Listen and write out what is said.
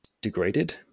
degraded